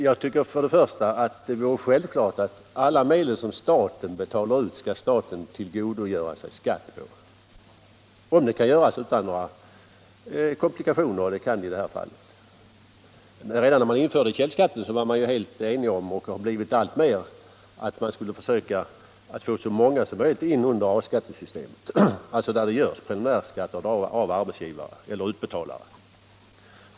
Jag tycker först och främst att det skulle vara självklart att alla medel som staten betalar ut skall staten tillgodogöra sig skatt på, om det kan ske utan komplikationer, och det kan det i detta fall. Redan när man införde källskatten var man ju enig om — och den enigheten har förstärkts alltmer — att man skulle försöka få så många som möjligt in under A skattesystemet, alltså där det görs preliminärskatteavdrag av arbetsgivare eller utbetalare.